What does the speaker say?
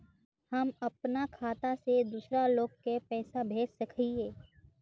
हम अपना खाता से दूसरा लोग के पैसा भेज सके हिये?